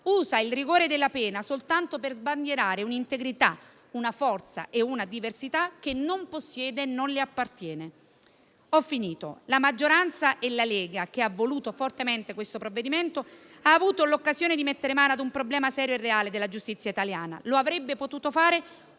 usa il rigore della pena soltanto per sbandierare un'integrità, una forza e una diversità, che non possiede e non le appartiene. Concludendo, la maggioranza - e la Lega, che ha voluto fortemente questo provvedimento - ha avuto l'occasione di mettere mano a un problema serio e reale della giustizia italiana. Lo avrebbe potuto fare